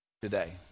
today